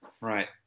Right